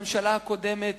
הממשלה הקודמת